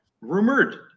rumored